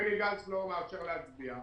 בני גנץ לא מאפשר להצביע,